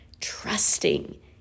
trusting